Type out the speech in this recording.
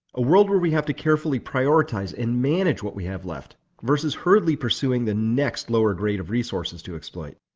a world where we have to carefully prioritize and manage what we have left, versus hurriedly pursuing the next lower grade of resources to exploit.